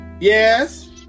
Yes